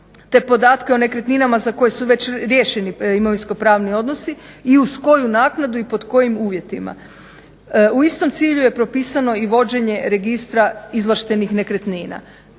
te podatke o nekretninama za koje su već riješeni imovinsko-pravni odnosi i uz koju naknadu i pod kojim uvjetima. U istom cilju je propisano i vođenje Registra izvlaštenih nekretnina.